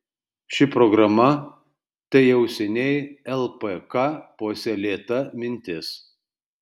ši programa tai jau seniai lpk puoselėta mintis